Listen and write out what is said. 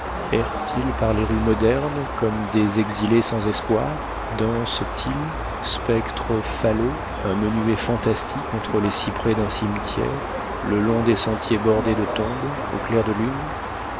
errent ils par les rues modernes comme des exilés sans espoir dansent ils spectres falots un menuet fantastique entre les cyprès d'un cimetière le long des sentiers bordés de tombes au clair de lune